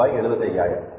ரூபாய் 75000